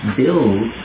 build